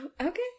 okay